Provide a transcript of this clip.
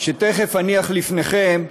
שתכף אניח לפניכם,